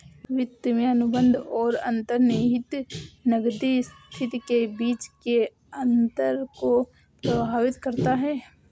वित्त में अनुबंध और अंतर्निहित नकदी स्थिति के बीच के अंतर को प्रभावित करता है